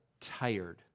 tired